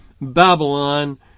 Babylon